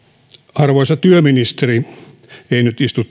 arvoisa työministeri ei nyt istu